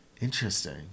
Interesting